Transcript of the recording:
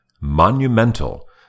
Monumental